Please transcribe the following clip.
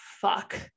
fuck